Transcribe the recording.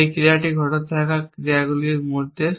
এই ক্রিয়াটি ঘটতে থাকা ক্রিয়াগুলির মধ্যে